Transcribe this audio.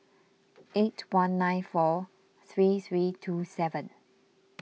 eight one nine four three three two seven